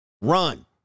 Run